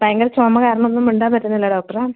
ഭയങ്കര ചുമ കാരണം ഒന്നും മിണ്ടാൻ പറ്റുന്നില്ല ഡോക്ടറെ